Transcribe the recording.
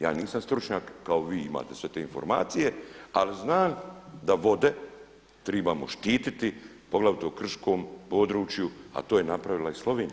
Ja nisam stručnjak kao vi, imate sve te informacije ali znam da vode tribamo štititi poglavito u krškom području, a to je napravila i Slovenija.